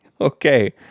Okay